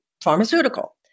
pharmaceutical